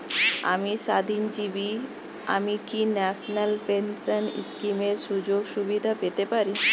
আমি স্বাধীনজীবী আমি কি ন্যাশনাল পেনশন স্কিমের সুযোগ সুবিধা পেতে পারি?